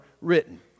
written